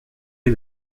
est